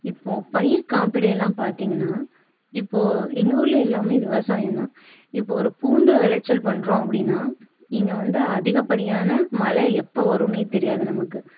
இப்போ பயிர் காப்பீடு எல்லாம் பார்த்தீங்கன்னா இப்போ எங்கள் ஊரில் எல்லாம் விவசாயம் தான் இப்போ ஒரு பூண்டு விளைச்சல் பண்ணுறோம் அப்படினா இங்க வந்து அதிகப்படியான மழை எப்போ வரும்னே தெரியாது நமக்கு